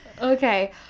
okay